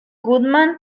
goodman